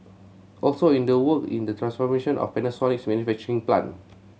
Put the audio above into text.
also in the work in the transformation of Panasonic's manufacturing plant